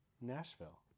Nashville